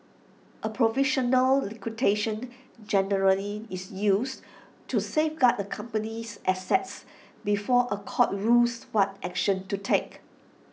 A provisional liquidation generally is used to safeguard the company's assets before A court rules what action to take